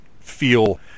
feel